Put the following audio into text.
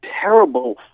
terrible